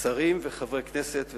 לשרים וחברי הכנסת,